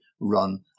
run